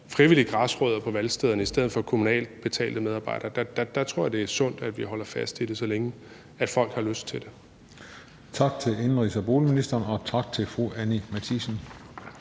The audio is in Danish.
frivillige græsrødder på valgstederne i stedet for kommunalt betalte medarbejdere tror jeg det er sundt, at vi holder fast i det, så længe folk har lyst til det. Kl. 16:25 Den fg. formand (Christian Juhl): Tak til indenrigs- og boligministeren, og tak til fru Anni Matthiesen.